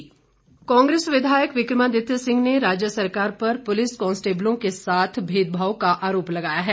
विक्रमादित्य कांग्रेस विधायक विक्रमादित्य सिंह ने राज्य सरकार पर पुलिस कॉन्स्टेबलों के साथ भेदभाव का आरोप लगाया है